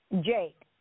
Jake